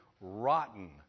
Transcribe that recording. rotten